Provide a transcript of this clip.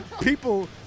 people